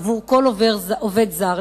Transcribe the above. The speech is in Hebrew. עבור כל עובד זר.